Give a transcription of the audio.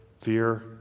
Fear